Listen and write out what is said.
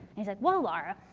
he said, well, lara,